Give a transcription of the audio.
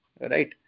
right